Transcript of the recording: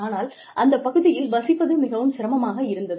ஆனால் அந்த பகுதியில் வசிப்பது மிகவும் சிரமமாக இருந்தது